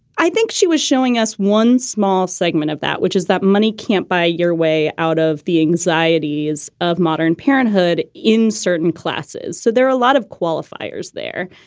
i think she was showing us one small segment of that, which is that money can't buy your way out of the anxieties of modern parenthood in certain classes. so there are a lot of qualifiers there.